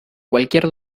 cualquier